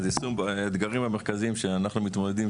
האתגרים המרכזיים שאנחנו מתמודדים,